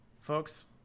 folks